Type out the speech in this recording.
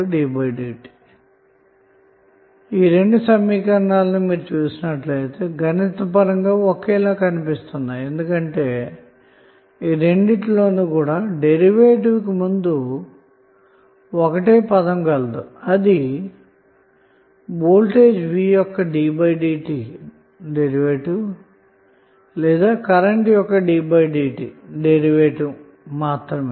png మీరు ఈ రెండు సమీకరణాలు గమనిస్తే గణిత పరంగా ఒకేలా కనిపిస్తున్నాయి ఎందుకంటె రెండిటిలోనూ డెరివేటివ్ కి ముందు ఒకటే పదం కలదు అది వోల్టేజి v యొక్క ddt మరియు కరెంట్ i యొక్క ddt మాత్రమే